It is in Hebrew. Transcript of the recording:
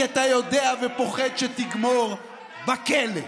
כי אתה יודע ופוחד שתגמור בכלא.